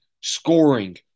scoring